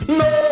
no